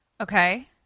Okay